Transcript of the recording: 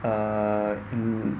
err